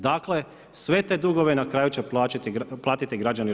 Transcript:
Dakle, sve te dugove, na kraju će platiti građani RH.